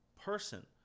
person